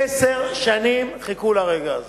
עשר שנים חיכו לרגע הזה.